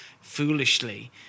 foolishly